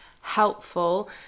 helpful